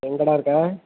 எங்கேடா இருக்க